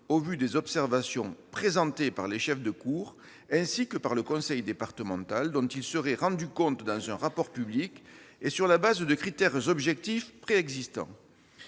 au vu des observations présentées par les chefs de cour ainsi que par le conseil départemental, dont il serait rendu compte dans un rapport public, et sur la base de critères objectifs préexistants.